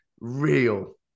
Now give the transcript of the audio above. real